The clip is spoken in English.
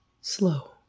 slow